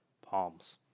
palms